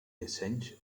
dissenys